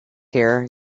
here